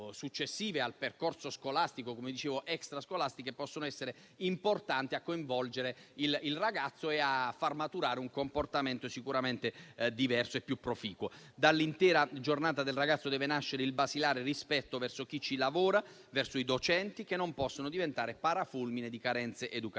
successive al percorso scolastico, possono essere importanti per coinvolgere il ragazzo e far maturare un comportamento sicuramente diverso e più proficuo. Dall'intera giornata del ragazzo deve nascere il basilare rispetto verso chi ci lavora e i docenti non possono diventare parafulmine di carenze educative.